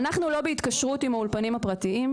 אנחנו לא בהתקשרות עם האולפנים הפרטיים,